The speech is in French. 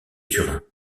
turin